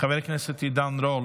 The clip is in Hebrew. חבר הכנסת עידן רול,